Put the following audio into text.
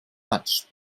much